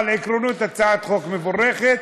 אבל, עקרונית הצעת החוק מבורכת.